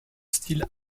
style